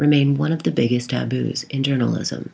remain one of the biggest taboos in journalism